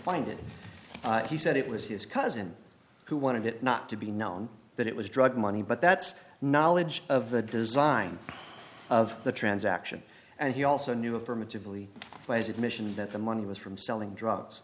find it he said it was his cousin who wanted it not to be known that it was drug money but that's knowledge of the design of the transaction and he also knew affirmatively plays admission that the money was from selling drugs